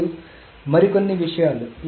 ఇప్పుడు మరికొన్ని విషయాలు